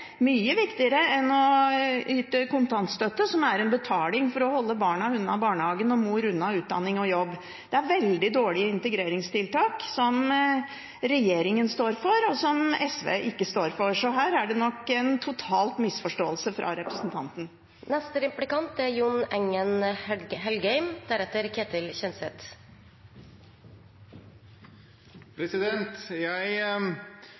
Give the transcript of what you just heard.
mye viktigere enn å yte kontantstøtte, som er en betaling for å holde barna unna barnehagen og mor unna utdanning og jobb. Det er et veldig dårlig integreringstiltak, som regjeringen står for, og som SV ikke står for – så her er det nok en total misforståelse fra representanten. Jeg